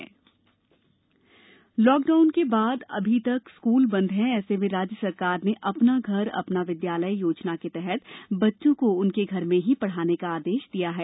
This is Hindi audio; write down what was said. मंदसौर पैकेज लॉकडाउन के बाद अभी तक स्कूल बन्द हैं ऐसे में राज्य सरकार ने अपना घर अपना विद्यालय योजना के तहत बच्चों को उनके घर में ही पढ़ाने का आदेश दिया है